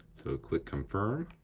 so click confirm,